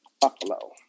Buffalo